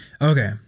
Okay